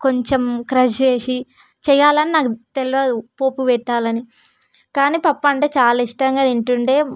కొంచం క్రష్ చేసి చేయాలని నాకు తెలియదు పోపు పెట్టాలని కానీ పప్పు అంటే చాల ఇష్టంగా తింటుండేది